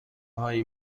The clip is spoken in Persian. هایی